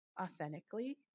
authentically